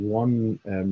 one